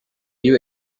you